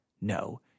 No